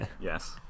yes